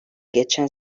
geçen